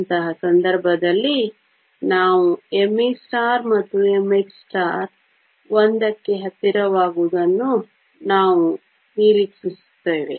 ಅಂತಹ ಸಂದರ್ಭದಲ್ಲಿ ನಾವು me ಮತ್ತು mh 1 ಕ್ಕೆ ಹತ್ತಿರವಾಗುವುದನ್ನು ನಾವು ನಿರೀಕ್ಷಿಸುತ್ತೇವೆ